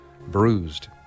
bruised